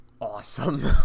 awesome